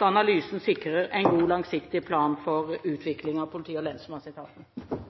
analysen må sikre en god, langsiktig plan for utvikling av politi- og lensmannsetaten.